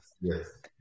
Yes